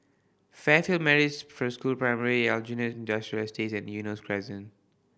Fairfield Methodist School Primary Aljunied Industrial Estate and Eunos Crescent